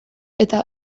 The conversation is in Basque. eta